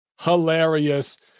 Hilarious